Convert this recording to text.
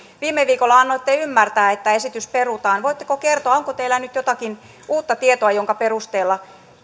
viime viikolla annoitte ymmärtää että esitys perutaan voitteko kertoa onko teillä nyt jotakin uutta tietoa jonka perusteella